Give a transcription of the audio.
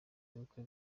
bukwe